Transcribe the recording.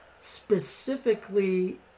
specifically